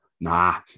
nah